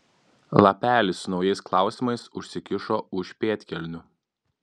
lapelį su naujais klausimais užsikišo už pėdkelnių